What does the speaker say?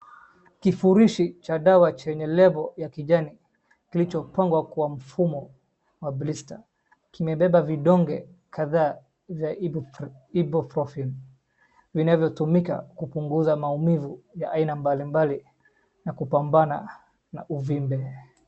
Kifurushi cha dawa chenye label ya kijani kilichopangwa kwa mfumo wa blister . Kimebeba vidonge kadhaa vya Ibuprofen vinavyotumika kupunguza maumivu ya aina mbalimbali na kupambana na uvimbe.